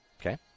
Okay